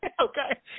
Okay